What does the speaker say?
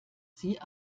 sie